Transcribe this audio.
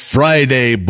Friday